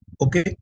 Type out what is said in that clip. Okay